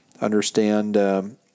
understand –